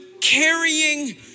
carrying